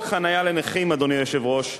אדוני היושב-ראש,